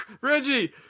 Reggie